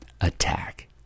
attack